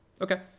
Okay